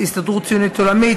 ההסתדרות הציונית העולמית,